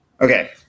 Okay